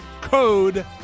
code